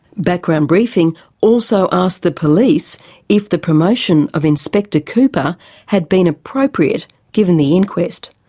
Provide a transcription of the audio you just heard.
background briefing also asked the police if the promotion of inspector cooper had been appropriate given the inquest.